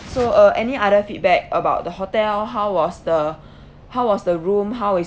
so uh any other feedback about the hotel how was the how was the room how is